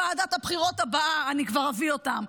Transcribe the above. לוועדת הבחירות הבאה אני כבר אביא אותם.